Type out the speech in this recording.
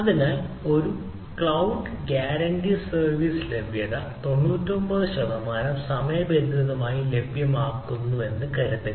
അതിനാൽ ഒരു cloud guarantee service ലഭ്യത 99 ശതമാനം സമയബന്ധിതമായി ലഭ്യമാക്കുമെന്ന് കരുതുക